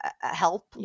help